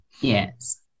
Yes